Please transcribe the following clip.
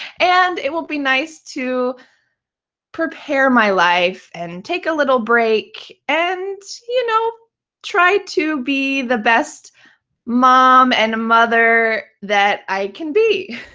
and it will be nice to prepare my life and take a little break and you know try to be the best mom and mother that i can be.